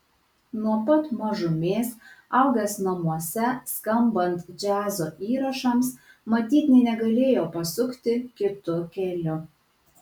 nuo pat mažumės augęs namuose skambant džiazo įrašams matyt nė negalėjo pasukti kitu keliu